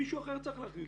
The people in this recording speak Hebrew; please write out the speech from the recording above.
מישהו אחר צריך להחליט.